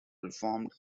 reformed